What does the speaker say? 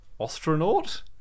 astronaut